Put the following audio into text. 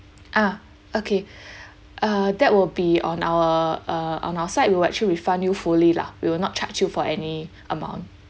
ah okay uh that will be on our uh on our side we will actually refund you fully lah we will not charge for any amount